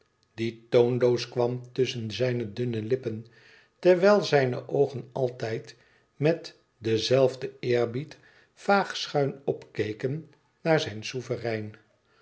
die toonloos kwam tusschen zijne dunne lippen terwijl zijne oogen altijd met den zelfden eerbied vaag schuin opkeken naar zijn souverein